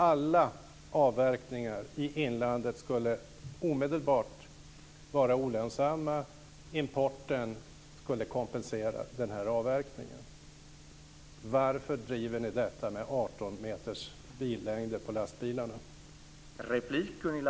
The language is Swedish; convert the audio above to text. Alla avverkningar i inlandet skulle omedelbart vara olönsamma, importen skulle kompensera avverkningen. Varför driver ni frågan om 18 meters längd på lastbilarna?